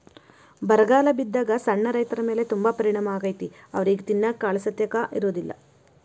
ಬರಗಾಲ ಬಿದ್ದಾಗ ಸಣ್ಣ ರೈತರಮೇಲೆ ತುಂಬಾ ಪರಿಣಾಮ ಅಕೈತಿ ಅವ್ರಿಗೆ ತಿನ್ನಾಕ ಕಾಳಸತೆಕ ಇರುದಿಲ್ಲಾ